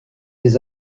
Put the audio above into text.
des